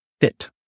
fit